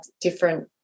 different